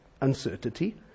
uncertainty